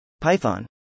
Python